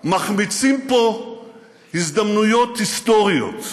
מחמיצים פה הזדמנויות היסטוריות.